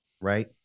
Right